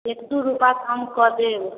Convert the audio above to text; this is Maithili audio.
एक दुइ रुपै कम कऽ देब